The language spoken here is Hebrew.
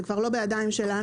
זה כבר לא בידיים שלנו,